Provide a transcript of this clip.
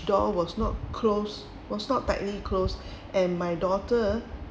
door was not closed was not tightly closed and my daughter